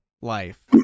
life